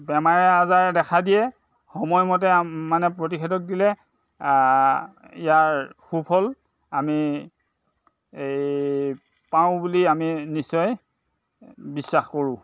বেমাৰে আজাৰে দেখা দিয়ে সময়মতে মানে প্ৰতিষেধক দিলে ইয়াৰ সুফল আমি পাওঁ বুলি আমি নিশ্চয় বিশ্বাস কৰোঁ